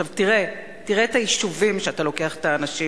תראה את היישובים שבהם אתה לוקח את האנשים